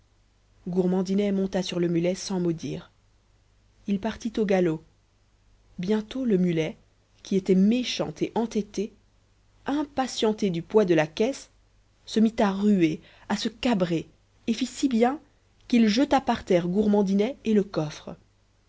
gourmandinet monta sur le mulet sans mot dire il partit au galop bientôt le mulet qui était méchant et entêté impatienté du poids de la caisse se mit à ruer à se cambrer et fit si bien qu'il jeta par terre gourmandinet et le coffre